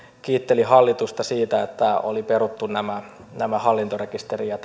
kiitteli hallitusta siitä että oli peruttu nämä nämä hallintorekisteri ja